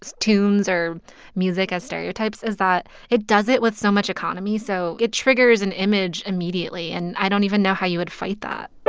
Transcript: tunes or music as stereotypes is that it does it with so much economy. so it triggers an image immediately and i don't even know how you would fight that